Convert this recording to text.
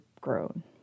grown